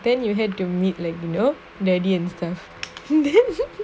then you had to meet like you know daddy and stuff